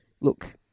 look